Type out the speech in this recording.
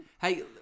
Hey